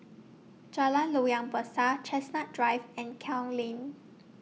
Jalan Loyang Besar Chestnut Drive and Klang Lane